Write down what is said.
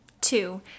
Two